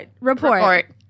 report